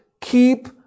keep